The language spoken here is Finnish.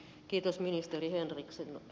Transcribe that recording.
kiitos ministeri henrikssonille